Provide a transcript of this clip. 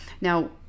Now